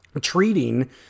treating